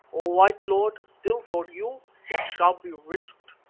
o white lord, still for you it shall be risked.